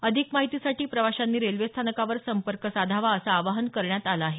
अधिक माहितीसाठी प्रवाशांनी रेल्वे स्थानकावर संपर्क साधावा असं आवाहन करण्यात आलं आहे